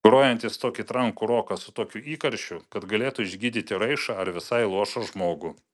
grojantys tokį trankų roką su tokiu įkarščiu kad galėtų išgydyti raišą ar visai luošą žmogų